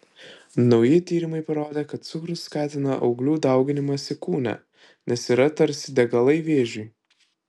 nauji tyrimai parodė kad cukrus skatina auglių dauginimąsi kūne nes yra tarsi degalai vėžiui